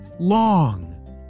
Long